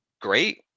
great